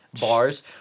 bars